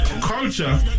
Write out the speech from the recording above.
culture